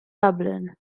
dublin